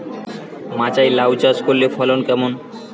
মাচায় লাউ চাষ করলে ফলন কেমন?